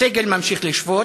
הסגל ממשיך לשבות,